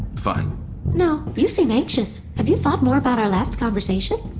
fine no. you seem anxious. have you thought more about our last conversation?